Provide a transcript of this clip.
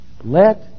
let